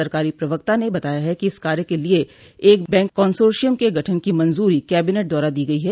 सरकारी प्रवक्ता ने बताया है कि इस कार्य के लिये एक बैंक कन्सोशियम के गठन की मंजूरी कैबिनेट द्वारा दी गई है